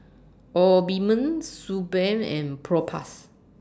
Obimin Suu Balm and Propass